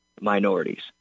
minorities